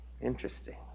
Interesting